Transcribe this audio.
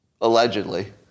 allegedly